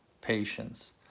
patience